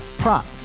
prop